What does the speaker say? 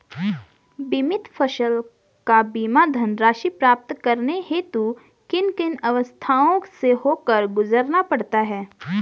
बीमित फसल का बीमा धनराशि प्राप्त करने हेतु किन किन अवस्थाओं से होकर गुजरना पड़ता है?